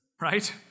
right